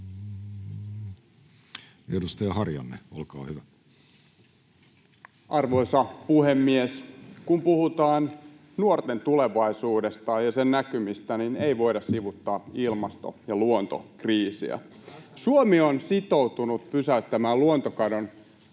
Edustaja Harjanne, olkaa hyvä. Arvoisa puhemies! Kun puhutaan nuorten tulevaisuudesta ja sen näkymistä, niin ei voida sivuuttaa ilmasto- ja luontokriisiä. [Juho Eerolan välihuuto] Suomi on sitoutunut pysäyttämään luontokadon vuoteen